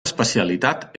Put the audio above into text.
especialitat